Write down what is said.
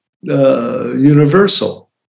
universal